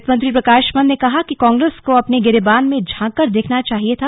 वित्त मंत्री प्रकाश पंत ने कहा कि कांग्रेस को अपने गिरेबान में झांककर देखना चाहिए था